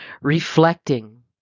reflecting